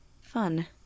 fun